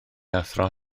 athro